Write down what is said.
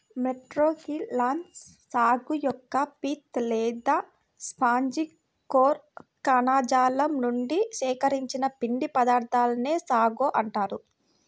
Metroxylon sagu యొక్క pith లేదా sponge core కణజాలం నుండి సేకరించిన పిండి పదార్థాన్నే సాగో అంటారు